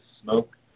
Smoke